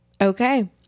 Okay